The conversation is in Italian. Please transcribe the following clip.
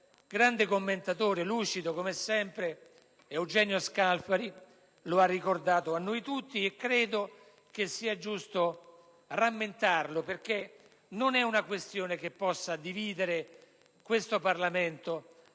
grande commentatore, lucido come sempre, Eugenio Scalfari, l'ha ricordato a noi tutti e credo che sia giusto rammentarlo perché non è una questione che possa dividere il Parlamento